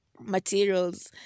materials